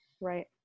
Right